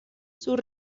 sus